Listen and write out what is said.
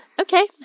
Okay